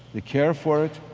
the care for it,